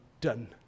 done